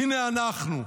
הינה אנחנו,